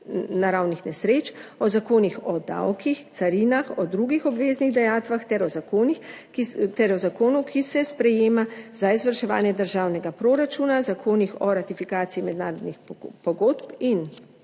naravnih nesreč, o zakonih o davkih, carinah, o drugih obveznih dajatvah ter o zakonu, ki se sprejema za izvrševanje državnega proračuna, zakonih o ratifikaciji mednarodnih pogodb in